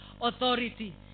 authority